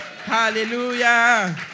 Hallelujah